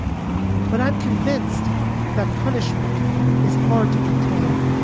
but i'm convinced that punishment is hard to contain.